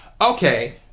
Okay